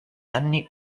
anni